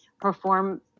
perform